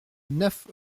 neuf